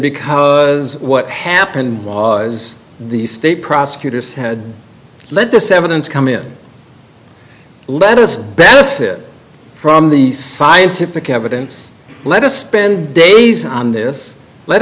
because what happened was the state prosecutors had let the sevens come in let us benefit from the scientific evidence let us spend days on this let